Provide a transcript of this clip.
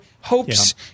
hopes